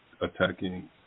attacking